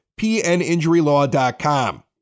pninjurylaw.com